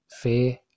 fear